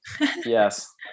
yes